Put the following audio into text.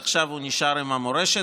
ועכשיו הוא נשאר עם המורשת,